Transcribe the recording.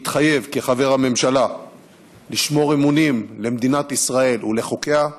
מתחייב כחבר הממשלה לשמור אמונים למדינת ישראל ולחוקיה,